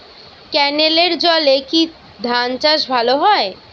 ক্যেনেলের জলে কি ধানচাষ ভালো হয়?